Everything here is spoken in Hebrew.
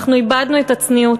אנחנו איבדנו את הצניעות,